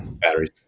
batteries